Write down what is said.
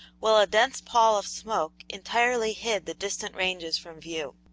while a dense pall of smoke entirely hid the distant ranges from view.